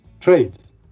trades